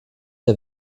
der